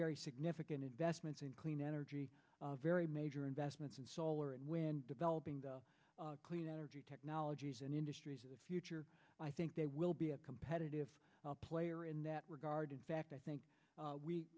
very significant investments in clean energy very major investments in solar and wind developing the clean energy technologies and industries of the future i think they will be a competitive player in that regard in fact i think